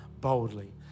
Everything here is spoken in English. boldly